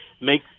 make